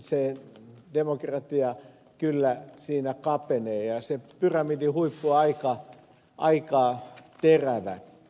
se demokratia edelleenkin kyllä siinä kapenee ja pyramidin huippu on aika terävä